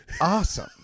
awesome